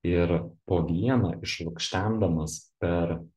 ir po vieną išlukštendamas per